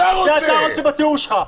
את זה אתה רוצה בתיאור שלך.